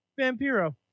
Vampiro